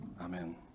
Amen